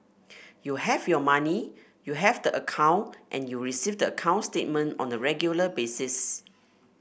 you have your money you have the account and you receive the account statement on a regular basis